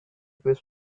push